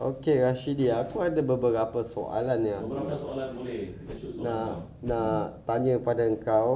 okay actually aku ada beberapa soalan yang nak nak tanya pada engkau